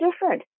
different